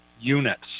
units